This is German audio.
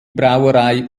brauerei